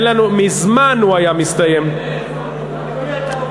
למי אתה אומר את זה?